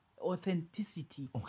authenticity